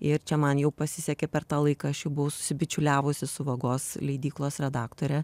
ir čia man jau pasisekė per tą laiką aš jau buvo susibičiuliavusi su vagos leidyklos redaktore